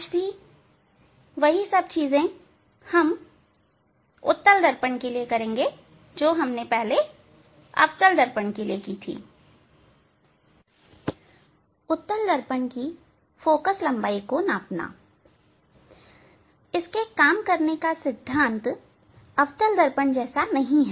आज हम वही सब चीजें उत्तल दर्पण के लिए करेंगे उत्तल दर्पण की फोकललंबाई को मापना इसके काम करने का सिद्धांत अवतल दर्पण के जैसा नहीं है